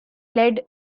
led